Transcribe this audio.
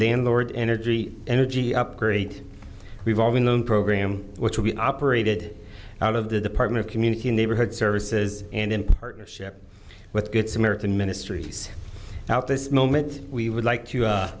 landlord energy energy upgrade revolving loan program which will be operated out of the department of community neighborhood services and in partnership with good samaritan ministries now at this moment we would like to